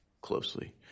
closely